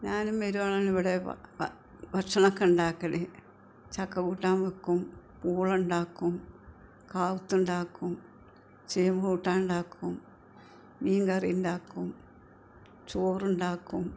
ഞാനും മിരുവാണ് ഇവിടെ ഭക്ഷണമൊക്കെ ഉണ്ടാക്കല് ചക്ക കൂട്ടാൻ വെക്കും പൂളുണ്ടാക്കും കാ വറുത്തതുണ്ടാക്കും ചേമ്പു കൂട്ടാനുണ്ടാക്കും മീൻ കറി ഉണ്ടാക്കും ചോറുണ്ടാക്കും